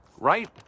Right